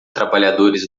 trabalhadores